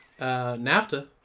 NAFTA